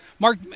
Mark